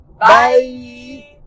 Bye